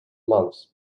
months